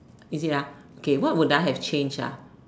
is it ah okay what would I have changed ah